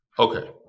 Okay